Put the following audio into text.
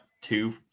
two